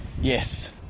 Yes